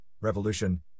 revolution